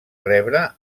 rebre